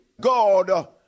God